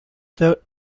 the